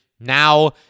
now